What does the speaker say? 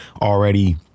already